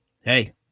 hey